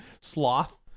Sloth